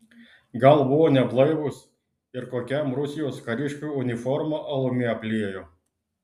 gal buvo neblaivūs ir kokiam rusijos kariškiui uniformą alumi apliejo